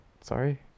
Sorry